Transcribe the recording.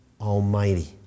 Almighty